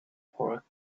pork